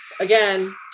Again